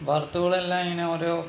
ബർത്തുകളെല്ലാം ഇങ്ങനെ ഓരോ